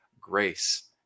grace